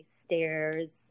stairs